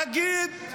תגיד,